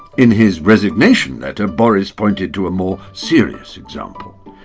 in his resignation letter, boris pointed to a more serious example.